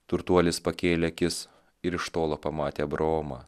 turtuolis pakėlė akis ir iš tolo pamatė abraomą